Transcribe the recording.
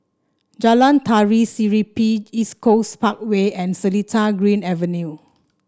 Jalan Tari Serimpi East Coast Parkway and Seletar Green Avenue